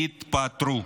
תתפטרו.